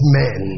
men